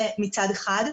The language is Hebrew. מצד שני,